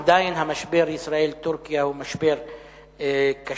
עדיין המשבר ישראל טורקיה הוא משבר קשה,